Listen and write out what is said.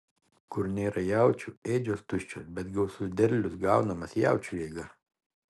kur nėra jaučių ėdžios tuščios bet gausus derlius gaunamas jaučių jėga